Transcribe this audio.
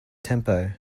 tempo